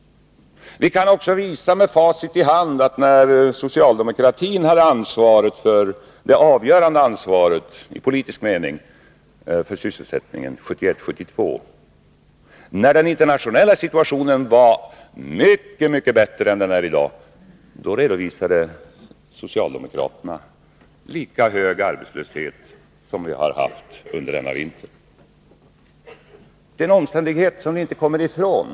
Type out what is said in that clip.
Vi kan med facit i hand visa att socialdemokraterna 1971/72, när de hade det avgörande ansvaret i politisk mening för sysselsättningen och den internationella situationen var mycket bättre än i dag, redovisade lika hög arbetslöshet som vi har haft under denna vinter. Det är ett faktum som man inte kommer ifrån.